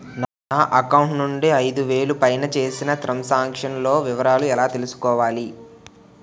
నా అకౌంట్ నుండి ఐదు వేలు పైన చేసిన త్రం సాంక్షన్ లో వివరాలు ఎలా తెలుసుకోవాలి?